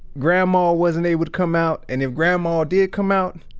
grandma wasn't able to come out, and if grandma did come out,